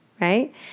right